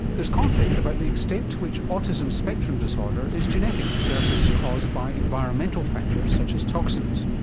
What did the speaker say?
there's conflict about the extent to which autism spectrum disorder is genetic versus caused by environmental factors such as toxins.